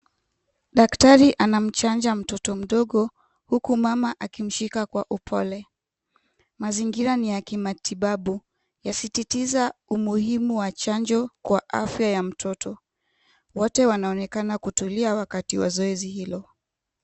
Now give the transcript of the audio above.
Daktari anamchanja mtoto mdogo huku mama akimshika kwa upole. Mazingira ni ya kimatibabu yasisitiza umuhimu wa chanjo kwa afya ya mtoto. Wote wanaonekana kutulia wakati wa zoezi hilo.